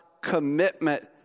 commitment